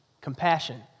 Compassion